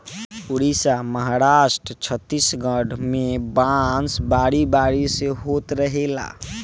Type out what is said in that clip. उड़ीसा, महाराष्ट्र, छतीसगढ़ में बांस बारी बारी से होत रहेला